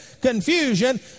confusion